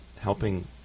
helping